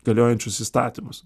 galiojančius įstatymus